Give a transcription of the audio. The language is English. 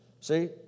See